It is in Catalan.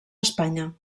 espanya